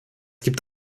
gibt